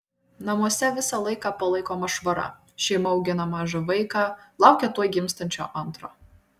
namuose visą laiką palaikoma švara šeima augina mažą vaiką laukia tuoj gimsiančio antro